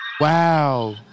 Wow